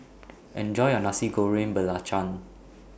Enjoy your Nasi Goreng Belacan